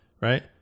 Right